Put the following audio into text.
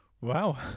Wow